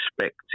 respect